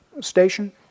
station